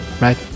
Right